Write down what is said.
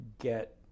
get